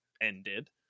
ended